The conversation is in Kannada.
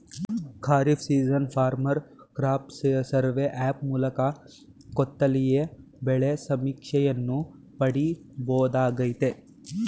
kharif season farmer crop survey app ಮೂಲಕ ಕೂತಲ್ಲಿಯೇ ಬೆಳೆ ಸಮೀಕ್ಷೆಯನ್ನು ಪಡಿಬೋದಾಗಯ್ತೆ